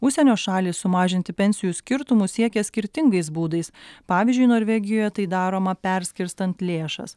užsienio šalys sumažinti pensijų skirtumus siekia skirtingais būdais pavyzdžiui norvegijoje tai daroma perskirstant lėšas